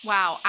Wow